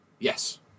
Yes